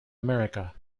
america